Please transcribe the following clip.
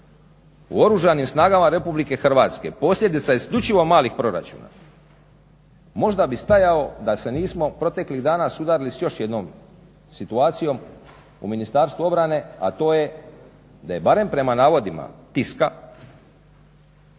u Oružanim snagama Republike Hrvatske posljedica isključivo malih proračuna možda bi stajao da se nismo proteklih dana sudarili s još jednom situacijom u Ministarstvu obrane, a to je da je barem prema navodima tiska